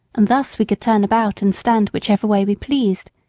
and thus we could turn about and stand whichever way we pleased,